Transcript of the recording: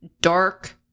dark